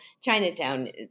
Chinatown